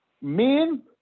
men